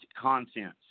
content